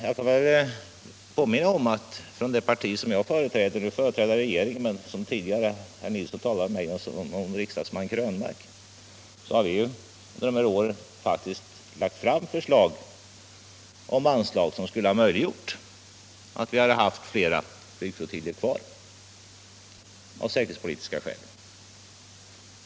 Jag vill påminna om att det parti som jag företräder — nu företräder jag regeringen, men herr Nilsson talade om riksdagsman Krönmark — har under de här åren faktiskt lagt fram förslag om anslag som skulle gjort det möjligt att ha kvar fler flygflottiljer av säkerhetspolitiska skäl.